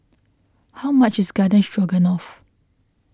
how much is Garden Stroganoff